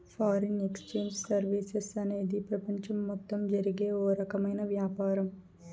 foreign exchange services అనేది ప్రపంచం మొత్తం జరిగే ఓ రకమైన వ్యాపారం